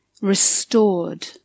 restored